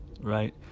right